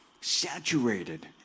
saturated